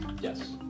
Yes